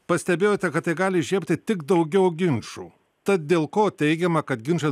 pastebėjote kad tai gali įžiebti tik daugiau ginčų tad dėl ko teigiama kad ginčai